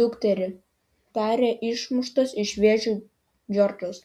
dukterį tarė išmuštas iš vėžių džordžas